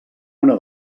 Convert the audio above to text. una